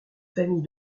famille